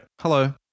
Hello